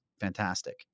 Fantastic